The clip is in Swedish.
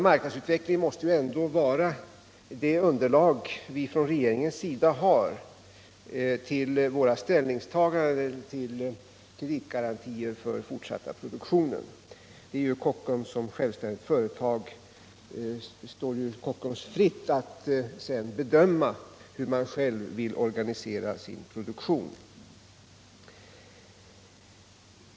Denna utveckling måste vara det underlag som vi från regeringens sida har för våra ställningstaganden till kreditgarantier för fortsatt produktion. Det står ju Kockums fritt att sedan själv organisera sin produktion.